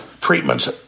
treatments